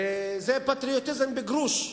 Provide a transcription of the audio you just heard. וזה פטריוטיזם בגרוש,